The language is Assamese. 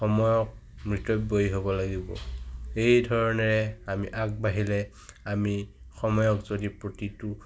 সময়ক মিতব্যয়ী হ'ব লাগিব এই ধৰণেৰে আমি আগবাঢ়িলে আমি সময়ক যদি প্ৰতিটো